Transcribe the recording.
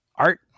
Art